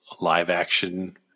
live-action